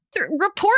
Report